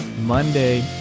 Monday